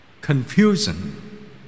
confusion